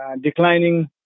declining